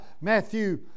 Matthew